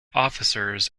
officers